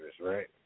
right